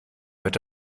wird